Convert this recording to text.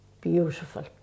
beautiful